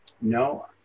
no